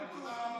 האוצר.